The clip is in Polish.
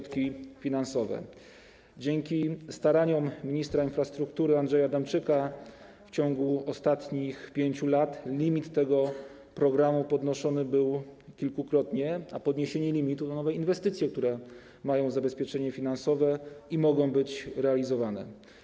Dzięki staraniom ministra infrastruktury Andrzeja Adamczyka w ciągu ostatnich 5 lat limit tego programu podnoszony był kilkukrotnie, a podniesienie limitu to nowe inwestycje, które mają zabezpieczenie finansowe i mogą być realizowane.